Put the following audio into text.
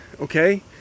okay